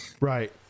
Right